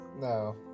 No